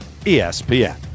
ESPN